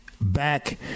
back